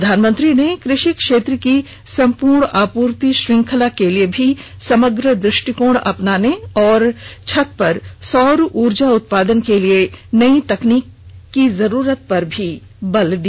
प्रधानमंत्री ने कृषि क्षेत्र की सम्पूर्ण आपूर्ति श्रृंखला के लिए समग्र दृष्टिकोण अपनाने पर और छत पर सौर ऊर्जा उत्पादन के लिए नई तकनीक की जरूरत पर भी बल दिया